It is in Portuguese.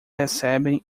recebem